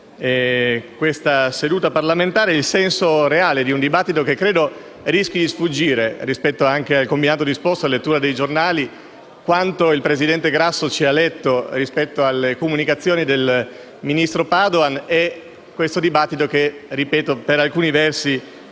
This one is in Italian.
questa seduta parlamentare, il senso reale di un dibattito che credo rischi di sfuggire: anche nel combinato disposto fra la lettura dei giornali e quanto il presidente Grasso ha letto rispetto alle comunicazioni del maestro Padoan, questo dibattito sembra surreale. Vorrei